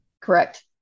Correct